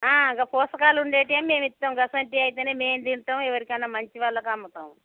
గా పోషకాలు ఉండేటివి మేము ఇస్తాంఅటువంటివి అయితే మేము తింటాం ఎవరికైనా మంచి వాళ్ళకు అమ్ముతాం